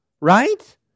right